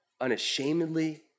unashamedly